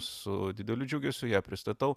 su dideliu džiugesiu ją pristatau